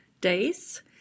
days